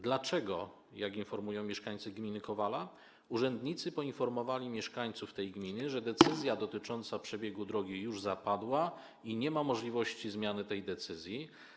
Dlaczego, jak informują mieszkańcy gminy Kowala, urzędnicy poinformowali mieszkańców tej gminy, że decyzja dotycząca przebiegu drogi już zapadła i nie ma możliwości zmiany tej decyzji?